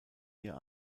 ihr